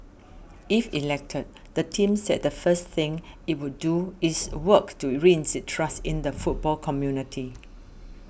if elected the team said the first thing it would do is work to reinstate trust in the football community